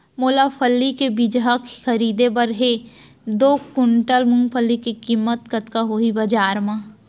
मोला फल्ली के बीजहा खरीदे बर हे दो कुंटल मूंगफली के किम्मत कतका होही बजार म?